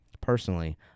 personally